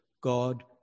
god